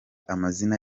amazina